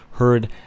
Heard